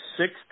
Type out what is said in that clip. six